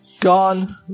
gone